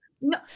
No